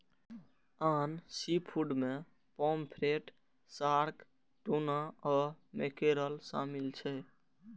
आन सीफूड मे pomfret, shark, tuna आ मैकेरल शामिल छै